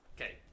Okay